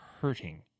hurting